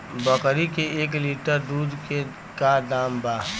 बकरी के एक लीटर दूध के का दाम बा?